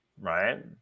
Right